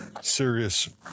serious